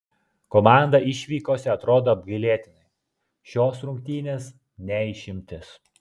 komanda išvykose atrodo apgailėtinai šios rungtynės ne išimtis